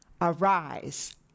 arise